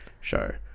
show